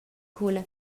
culla